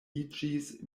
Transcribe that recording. iĝis